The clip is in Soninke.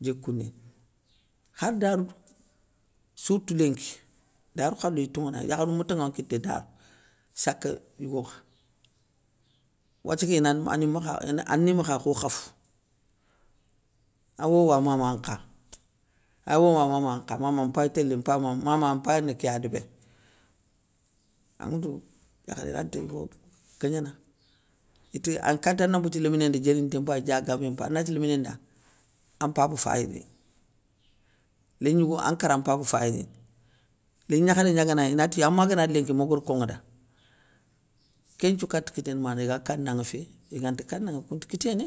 Djikoundini, khar darou, sourtout linki, darou khalou iy toŋonaya, yakharou ma tonŋa nkité darou, sake yigokha. Wathia ké ani makha kho khafou, awowo a mama an nkha, a wowo a mama an nkha, mama mpayi télé mpayi mama mpay rinikéya débéri, anŋetou yakharé ranta yigo kagnana, iti katana mbouthia léminé nda diérinté mpayi diagabé mpayi, anati léminé nda an mpaba fay rini, lén gnigo an kara an mpaba fay rini, lén gnakhara gnaganagni inati, ama gana ri linki mo gar konŋa da, kénthiou kate kiténe mané iga kanaŋa fé, iganta kanaŋa kounta kiténé,